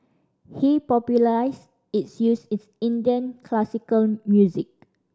he popularised its use in Indian classical music